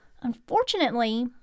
Unfortunately